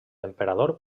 emperador